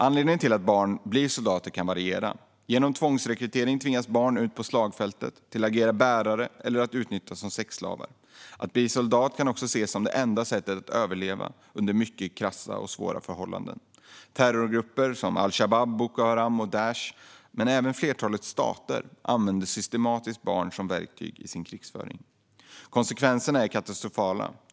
Anledningarna till att barn blir soldater kan variera. Genom tvångsrekrytering tvingas barn ut på slagfältet, till att agera bärare eller för att utnyttjas som sexslavar. Att bli soldat kan också ses som det enda sättet att överleva under mycket krassa och svåra förhållanden. Terrorgrupper som al-Shabab, Boko Haram och Daish, men även ett flertal stater, använder systematiskt barn som verktyg i sin krigföring. Konsekvenserna är katastrofala.